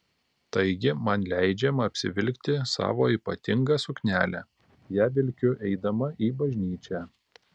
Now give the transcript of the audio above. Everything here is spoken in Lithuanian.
taigi man leidžiama apsivilkti savo ypatingą suknelę ją vilkiu eidama į bažnyčią